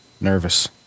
nervous